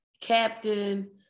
captain